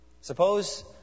Suppose